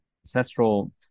ancestral